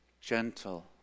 gentle